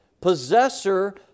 possessor